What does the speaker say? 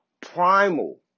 primal